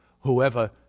whoever